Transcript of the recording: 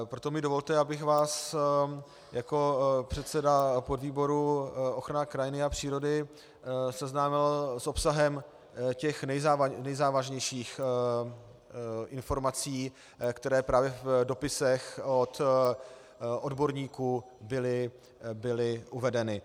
Proto mi dovolte, abych vás jako předseda podvýboru ochrana krajiny a přírody seznámil s obsahem těch nejzávažnějších informací, které právě v dopisech od odborníků byly uvedeny.